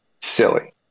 silly